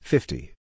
Fifty